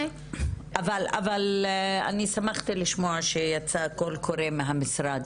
אבל אני שמחתי לשמוע שיצא קול קורא מהמשרד